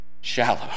shallow